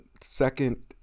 Second